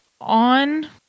on